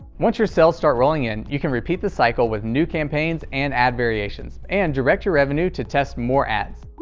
once your sales start rolling in, you can repeat the cycle with new campaigns and ad variations, and direct your revenue to test more ads.